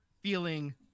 feeling